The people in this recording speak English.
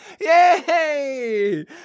Yay